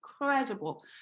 incredible